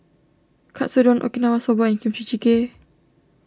Katsudon Okinawa Soba and Kimchi Jjigae